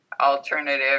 alternative